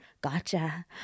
gotcha